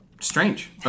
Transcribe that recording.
strange